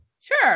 Sure